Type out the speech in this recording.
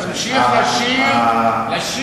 אבל לצורך הוויכוח אני אביא